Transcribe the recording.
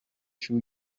two